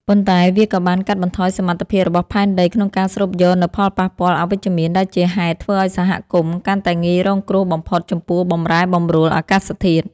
ប៉ុន្តែវាក៏បានកាត់បន្ថយសមត្ថភាពរបស់ផែនដីក្នុងការស្រូបយកនូវផលប៉ះពាល់អវិជ្ជមាន ដែលជាហេតុធ្វើឱ្យសហគមន៍កាន់តែងាយរងគ្រោះបំផុតចំពោះបម្រែបម្រួលអាកាសធាតុ។